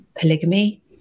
polygamy